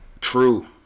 True